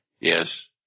Yes